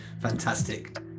fantastic